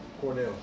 Cornell